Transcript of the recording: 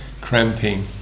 cramping